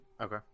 Okay